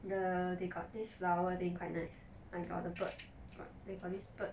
the they got this flower damn quite nice I got the bird then for this bird